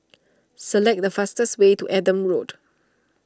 select the fastest way to Adam Road